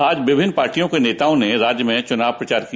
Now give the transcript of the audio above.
आज विभिन्न पार्टियों के नेताओं ने राज्य में चुनाव प्रचार किया